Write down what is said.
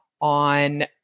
on